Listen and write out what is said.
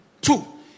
Two